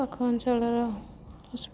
ପାଖ ଅଞ୍ଚଳର